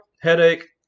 headache